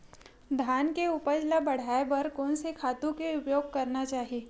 धान के उपज ल बढ़ाये बर कोन से खातु के उपयोग करना चाही?